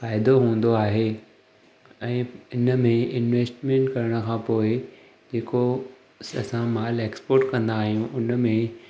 फ़ाइदो हूंदो आहे ऐं इन में इनवेस्टमेंट करण खां पोइ जेको असां माल एक्स्पोर्ट कंदा आहियूं उन में